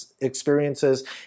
experiences